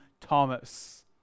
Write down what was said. Thomas